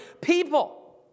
people